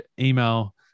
email